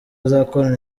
azakorana